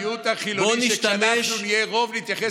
אני מתחייב למיעוט החילוני שכשאנחנו נהיה רוב נתייחס